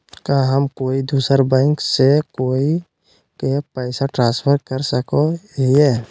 का हम कोई दूसर बैंक से कोई के पैसे ट्रांसफर कर सको हियै?